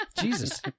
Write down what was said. Jesus